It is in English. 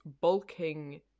bulking